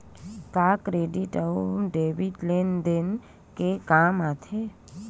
का क्रेडिट अउ डेबिट लेन देन के काम आथे?